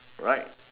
right